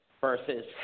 versus